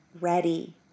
ready